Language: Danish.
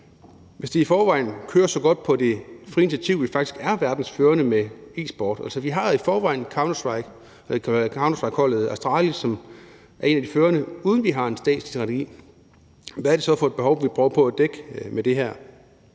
Hvis det i forvejen kører så godt med det frie initiativ, at vi faktisk er verdensførende inden for e-sport – og vi har i forvejen »Counter-Strike«-holdet Astralis, som er et af de førende – uden at vi har en statslig strategi, hvad er det så for et behov, vi prøver at dække med det her?